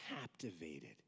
captivated